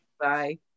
Bye